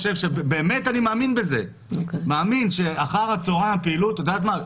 באמת אני מאמין בזה שאחר הצהריים הפעילות את יודעת מה,